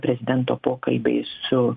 prezidento pokalbiai su